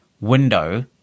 window